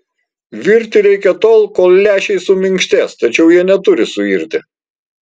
virti reikia tol kol lęšiai suminkštės tačiau jie neturi suirti